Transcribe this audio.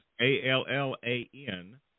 A-L-L-A-N